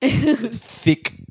thick